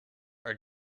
are